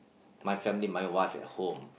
my family my wife at home